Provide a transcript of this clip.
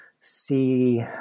see